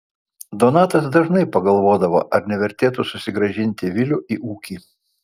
donatas dažnai pagalvodavo ar nevertėtų susigrąžinti vilių į ūkį